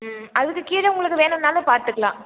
ம் அதுக்கு கீழே உங்களுக்கு வேணும்னாலும் பார்த்துக்கலாம்